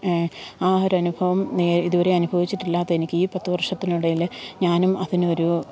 ആ ഒരു അനുഭവം നേ ഇതുവരെയും അനുഭവിച്ചിട്ടില്ലാത്ത എനിക്ക് ഈ പത്തു വർഷത്തിനിടയില് ഞാനും അതിനൊരു